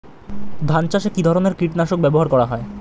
ধান চাষে কী ধরনের কীট নাশক ব্যাবহার করা হয়?